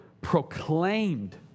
proclaimed